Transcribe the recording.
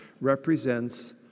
represents